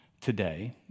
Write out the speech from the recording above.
today